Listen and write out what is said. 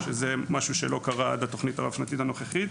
זה משהו שלא קרה עד התוכנית הרב-שנתית הנוכחית.